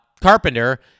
Carpenter